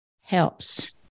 helps